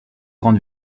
grande